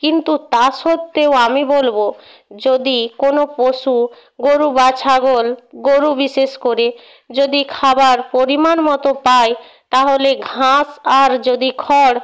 কিন্তু তা সত্ত্বেও আমি বলব যদি কোনো পশু গোরু বা ছাগল গোরু বিশেষ করে যদি খাবার পরিমাণ মতো পায় তাহলে ঘাস আর যদি খড়